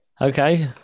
Okay